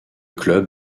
club